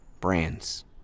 brands